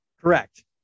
Correct